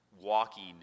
walking